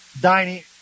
dining